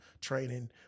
training